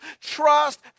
trust